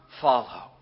follow